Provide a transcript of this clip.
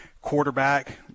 quarterback